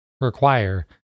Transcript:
require